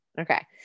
Okay